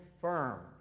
firm